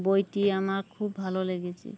বইটি আমার খুব ভালো লেগেছে